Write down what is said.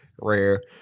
rare